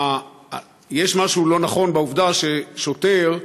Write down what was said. יש משהו לא נכון בעובדה ששוטר,